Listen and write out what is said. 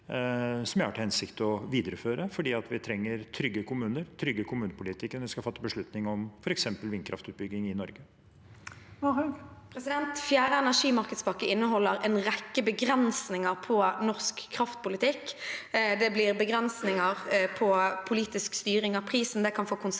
som vi har til hensikt å videreføre, fordi vi trenger trygge kommuner og trygge kommunepolitikere når vi skal fatte beslutning om f.eks. vindkraftutbygging i Norge. Sofie Marhaug (R) Fjerde energimar- kedspakke inneholder en rekke begrensninger på norsk kraftpolitikk. Det blir begrensninger på politisk styring av prisen.